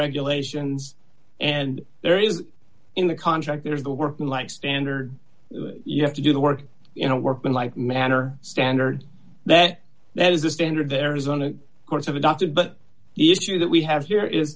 regulations and there is in the contract there is the working life standard you have to do the work you know work in like manner standard that that is the standard the arizona courts have adopted but the issue that we have here is